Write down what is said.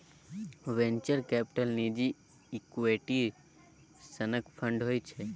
venture capital निजी equity सनक fund होइ छै